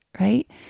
right